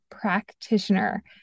practitioner